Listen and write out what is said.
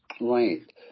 Right